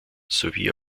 sowie